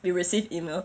we receive email